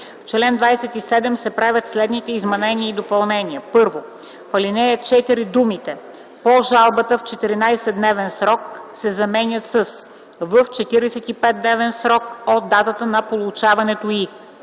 В чл. 27 се правят следните изменения и допълнения: 1. В ал. 4 думите „по жалбата в 14-дневен срок” се заменят с „в 45-дневен срок от датата на получаването й”.